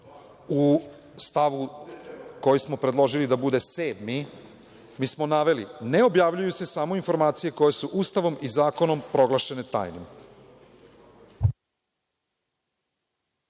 U stavu koji smo predložili da bude 7. mi smo naveli – ne objavljuju se samo informacije koje su Ustavom i zakonom proglašene tajnim.